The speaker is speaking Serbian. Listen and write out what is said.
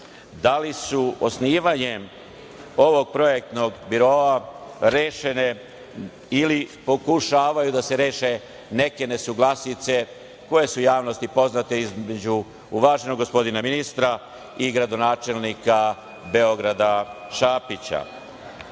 Da li su osnivanjem ovog projektnog biroa, rešene ili pokušavaju da se reše neke nesuglasice koje su u javnosti poznate između uvaženog gospodina ministra i gradonačelnika Beograda,